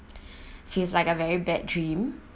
feels like a very bad dream